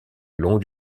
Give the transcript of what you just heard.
long